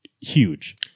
huge